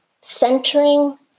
centering